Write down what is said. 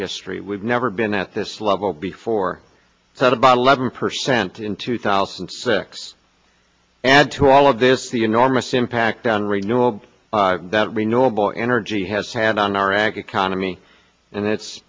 history we've never been at this level before that about eleven percent in two thousand and six add to all of this the enormous impact on renewable that renewable energy has had on our aca kaname and it's